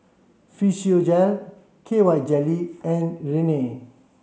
Physiogel K Y jelly and Rene